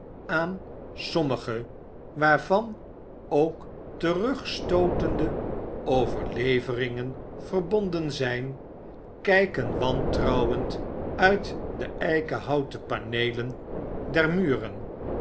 aan sommige waarvan ook terugstootende overleveringen verbonden zyn kyken wantrouwend uit deeikenhouten paneelen der muren